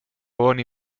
bonnie